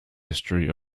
history